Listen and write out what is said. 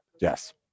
Yes